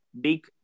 Big